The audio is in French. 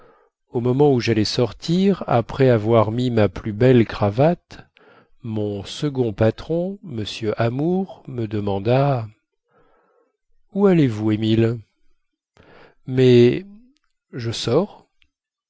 au moment où jallais sortir après avoir mis ma plus belle cravate mon second patron m amour me demanda où allez-vous émile mais je sors